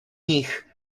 nich